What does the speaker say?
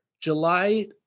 July